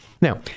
Now